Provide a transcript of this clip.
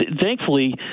thankfully